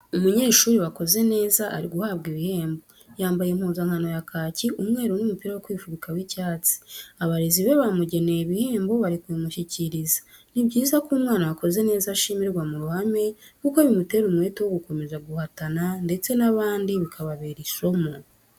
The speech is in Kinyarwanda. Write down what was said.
Umunyeshuri wakoze neza ari guhabwa ibihembo, yambaye impuzankano ya kaki, umweru n'umupira wo kwifubika w'icyatsi, abarezi be bamugeneye ibihembo barimo kubimushyikiriza, ni byiza ko umwana wakoze neza ashimirwa mu ruhame kuko bimutera umwete wo gukomeza guhatana ndetse n'abandi bikababera isomo.